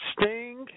Sting